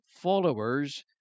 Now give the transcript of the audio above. followers